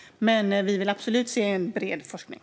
Men vi vill absolut se en bred forskning.